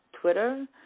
Twitter